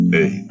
Hey